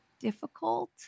difficult